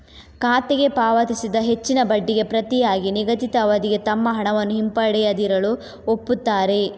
ಖಾತೆಗೆ ಪಾವತಿಸಿದ ಹೆಚ್ಚಿನ ಬಡ್ಡಿಗೆ ಪ್ರತಿಯಾಗಿ ನಿಗದಿತ ಅವಧಿಗೆ ತಮ್ಮ ಹಣವನ್ನು ಹಿಂಪಡೆಯದಿರಲು ಒಪ್ಪುತ್ತಾರೆ